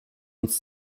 uns